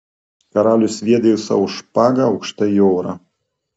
karalius sviedė savo špagą aukštai į orą